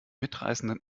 mitreißenden